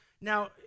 Now